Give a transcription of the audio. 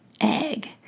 egg